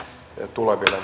tuleville